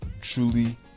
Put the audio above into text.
truly